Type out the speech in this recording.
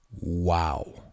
wow